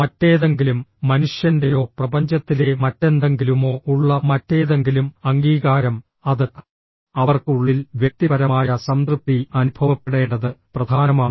മറ്റേതെങ്കിലും മനുഷ്യൻറെയോ പ്രപഞ്ചത്തിലെ മറ്റെന്തെങ്കിലുമോ ഉള്ള മറ്റേതെങ്കിലും അംഗീകാരം അത് അവർക്ക് ഉള്ളിൽ വ്യക്തിപരമായ സംതൃപ്തി അനുഭവപ്പെടേണ്ടത് പ്രധാനമാണ്